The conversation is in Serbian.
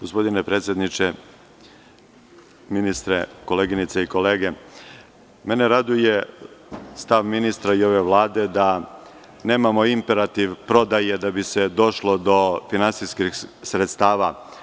Gospodine predsedniče, ministre, koleginice i kolege, mene raduje stav ministra i Vlade da nemamo imperativ prodaje da bi se došlo do finansijskih sredstava.